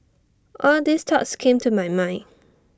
all these thoughts came to my mind